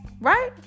Right